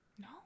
No